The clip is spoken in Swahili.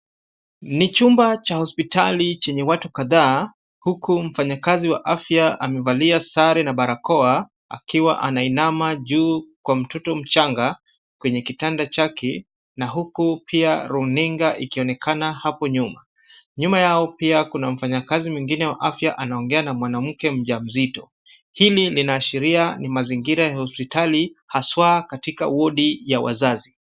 Ni chumba cha hospitali chenye watu kadhaa, huku mfanyikazi wa afya amevalia sare na barakoa akiwa anainama juu kwa mtoto mchanga kwenye kitanda chake na huku pia runinga ikionekana hapo nyuma. Nyuma yao pia kuna mfanyakazi mwingine wa afya anaongea na mwanamke mjamzito. Hili linaashiria ni mazingira ya hospitali haswa katika wodi ya wazazi.